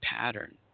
pattern